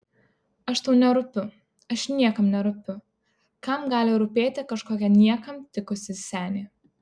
aš tau nerūpiu aš niekam nerūpiu kam gali rūpėti kažkokia niekam tikusi senė